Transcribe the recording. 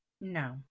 No